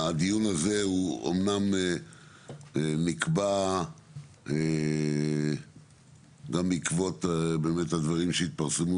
הדיון הזה הוא אומנם נקבע גם בעקבות באמת הדברים שהתפרסמו